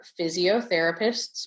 physiotherapists